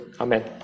Amen